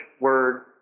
word